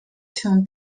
się